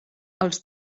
als